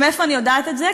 ומאיפה אני יודעת את זה?